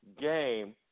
game